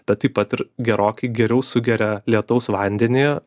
bet taip pat ir gerokai geriau sugeria lietaus vandenį